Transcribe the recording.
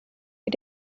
wie